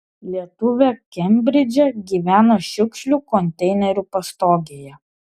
lietuvė kembridže gyveno šiukšlių konteinerių pastogėje